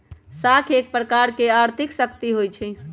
साख एक प्रकार के आर्थिक शक्ति होइ छइ